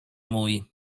mój